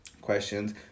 questions